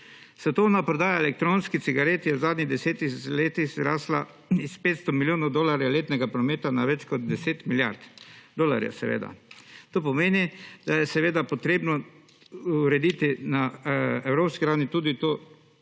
Svetovna prodaja elektronskih cigaret je v zadnjih 10 letih zrasla iz 500 milijonov dolarjev letnega prometa na več kot 10 milijard dolarja seveda. To pomeni, da je seveda potrebno urediti na evropski ravni tudi to področje